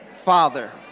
father